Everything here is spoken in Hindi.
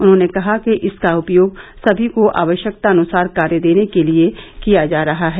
उन्होंने कहा कि इसका उपयोग सभी को आवश्यकतानुसार कार्य देने के लिए किया जा रहा है